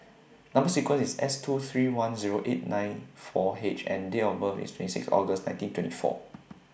Number sequence IS S two three one Zero eight nine four H and Date of birth IS twenty six August nineteen twenty four